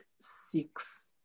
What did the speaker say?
six